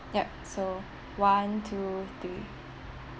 yup so one two three